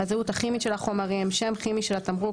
הזהות הכימית של החומרים (שם כימי של החומר,